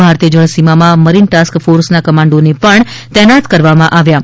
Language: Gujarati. ભારતીય જળસીમામાં મરીન ટાસ્ક ફોર્સના કમાન્ઠોને પણ તૈનાત કરવામાં આવ્યા હતા